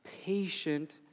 patient